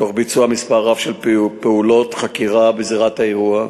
תוך ביצוע מספר רב של פעולות חקירה בזירת האירוע,